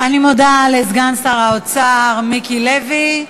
אני מודה לסגן שר האוצר מיקי לוי,